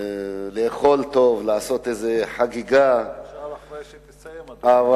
לאכול טוב, לעשות חגיגה, אפשר אחרי שתסיים, אדוני.